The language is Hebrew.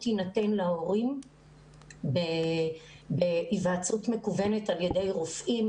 יינתן להורים בהיוועצות מקוונת על ידי רופאים,